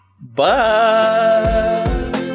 Bye